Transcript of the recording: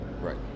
Right